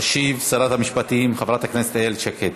תשיב שרת המשפטים, חברת הכנסת איילת שקד.